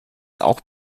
auch